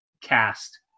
cast